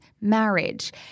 marriage